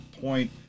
point